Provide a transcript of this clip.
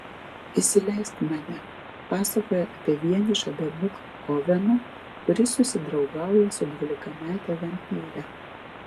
įsileisk mane pasakoja apie vienišą berniuką oveną kuris susidraugauja su dvylikamete vampyre